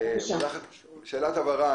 שאלת הבהרה.